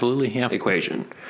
equation